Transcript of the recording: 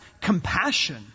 compassion